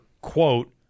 quote